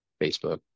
facebook